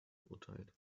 verurteilt